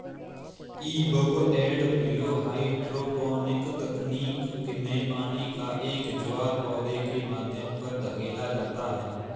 ebb and flow hydroponic तकनीक में पानी का एक ज्वार पौधे के माध्यम पर धकेला जाता है